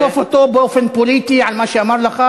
אתה תתקוף אותו באופן פוליטי על מה שאמר לך,